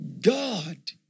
God